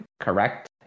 correct